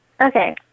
Okay